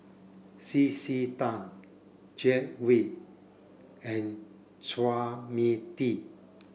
C C Tan Glen Goei and Chua Mia Tee